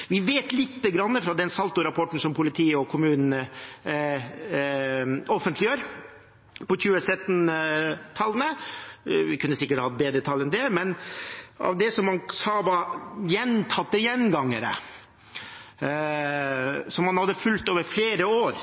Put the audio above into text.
vi kan få tak i. Vi vet litt fra den SaLTo-rapporten politiet og kommunen offentliggjør. Vi kunne sikkert hatt bedre tall, men av 2017-tallene for det man sa var gjentatte gjengangere, som man hadde fulgt gjennom flere år,